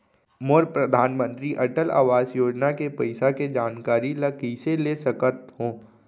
मोर परधानमंतरी अटल आवास योजना के पइसा के जानकारी ल कइसे ले सकत हो?